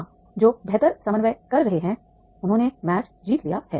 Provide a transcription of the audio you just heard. हां जो बेहतर समन्वय कर रहे हैं उन्होंने मैच जीत लिया है